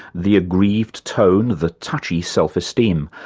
the aggrieved tone, the touchy self-esteem.